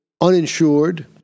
uninsured